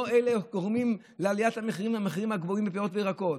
ולא אלה הגורמים למחירים הגבוהים של הפירות והירקות.